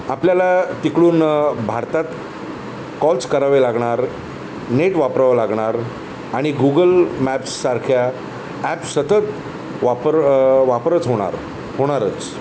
आपल्याला तिकडून भारतात कॉल्स करावे लागणार नेट वापरावं लागणार आणि गुगल मॅप्ससारख्या ॲपस सतत वापर वापरच होणार होणारच